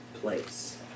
place